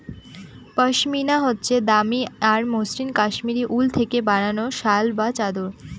পশমিনা হচ্ছে দামি আর মসৃণ কাশ্মীরি উল থেকে বানানো শাল বা চাদর